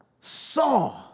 saw